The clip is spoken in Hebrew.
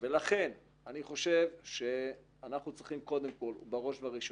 לכן אני חושב שאנחנו צריכים קודם כול ובראש ובראשונה,